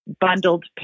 bundled